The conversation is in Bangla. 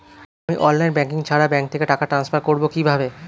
আমি অনলাইন ব্যাংকিং ছাড়া ব্যাংক থেকে টাকা ট্রান্সফার করবো কিভাবে?